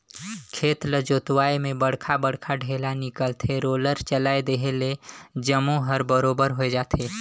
खेत ल जोतवाए में बड़खा बड़खा ढ़ेला निकलथे, रोलर चलाए देहे ले जम्मो हर बरोबर होय जाथे